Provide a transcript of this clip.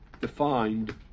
defined